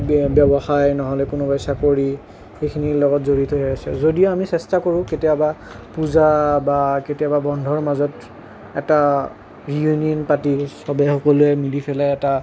ব্য ব্যৱসায় নহ'লে কোনোবাই চাকৰি সেইখিনিৰ লগত জড়িত হৈ আছে যদিও আমি চেষ্টা কৰোঁ কেতিয়াবা পূজা বা কেতিয়াবা বন্ধৰ মাজত এটা ৰিইউনিয়ন পাতি চবেই সকলোৱে মিলি পেলাই এটা